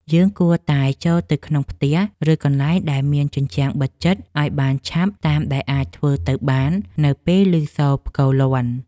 យើងគួរតែចូលទៅក្នុងផ្ទះ ឬកន្លែងដែលមានជញ្ជាំងបិទជិតឱ្យបានឆាប់តាមដែលអាចធ្វើទៅបាននៅពេលឮសូរផ្គរលាន់។